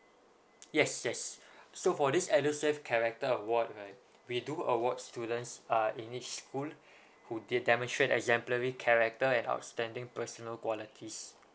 yes yes so for this edusave character award right we do award students uh in each school who did demonstrate exemplary character and outstanding personal qualities